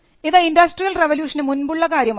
ഇത് ഇൻഡസ്ട്രിയൽ റവല്യൂഷൻനുമുൻപുള്ള കാര്യമാണ്